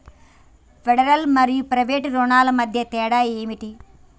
Federal మరియు private రుణాల మధ్య తేడా ఏమిటి?